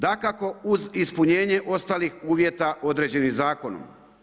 Dakako uz ispunjenje ostalih uvjeta određenih zakonom.